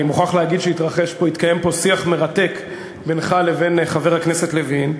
אני מוכרח להגיד שהתרחש פה שיח מרתק בינך לבין חבר הכנסת לוין,